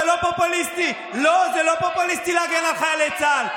זה לא פופוליסטי להגן על חיילי צה"ל.